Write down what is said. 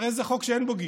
הרי זה חוק שאין בו גיוס.